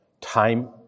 time